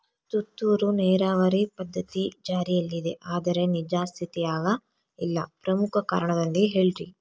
ತುಂತುರು ನೇರಾವರಿ ಪದ್ಧತಿ ಜಾರಿಯಲ್ಲಿದೆ ಆದರೆ ನಿಜ ಸ್ಥಿತಿಯಾಗ ಇಲ್ಲ ಪ್ರಮುಖ ಕಾರಣದೊಂದಿಗೆ ಹೇಳ್ರಿ?